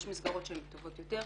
יש מסגרות שהן טובות יותר,